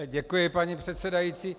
Děkuji, paní předsedající.